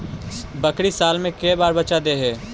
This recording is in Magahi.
बकरी साल मे के बार बच्चा दे है?